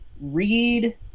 read